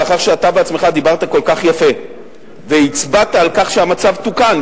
מאחר שאתה עצמך דיברת כל כך יפה והצבעת על כך שהמצב תוקן,